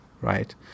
right